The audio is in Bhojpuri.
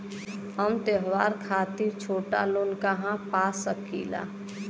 हम त्योहार खातिर छोटा लोन कहा पा सकिला?